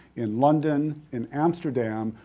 in london, in amsterdam,